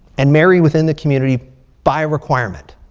and marry within the community by requirement.